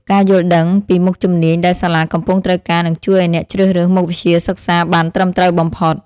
ការយល់ដឹងពីមុខជំនាញដែលសាលាកំពុងត្រូវការនឹងជួយឱ្យអ្នកជ្រើសរើសមុខវិជ្ជាសិក្សាបានត្រឹមត្រូវបំផុត។